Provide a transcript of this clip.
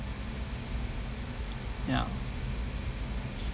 ya